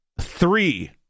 three